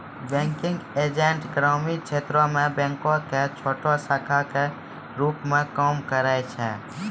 banking agent ग्रामीण क्षेत्रो मे बैंको के छोटो शाखा के रुप मे काम करै छै